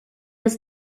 was